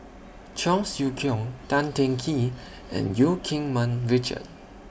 Cheong Siew Keong Tan Teng Kee and EU Keng Mun Richard